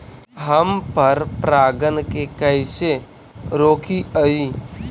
हम पर परागण के कैसे रोकिअई?